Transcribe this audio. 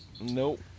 Nope